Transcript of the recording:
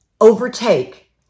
overtake